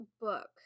book